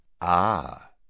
Ah